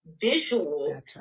visual